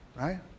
right